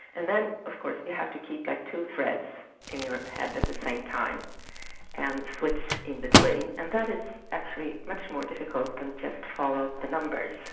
and then of course you have to keep like two threads in your head at the same time and switch inbetween and that is actually much more difficult than just follow the numbers.